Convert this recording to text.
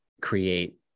create